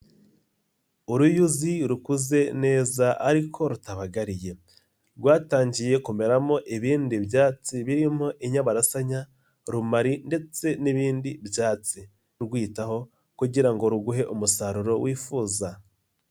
Uruyuzi rukuze neza ariko rutabagariye. Rwatangiye kumeramo ibindi byatsi birimo inyabarasanya, rumari ndetse n'ibindi byatsi. Rwitaho kugira ngo ruguhe umusaruro wifuza.